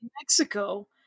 Mexico